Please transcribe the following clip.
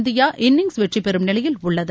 India innings வெற்றி பெறும் நிலையில் உள்ளது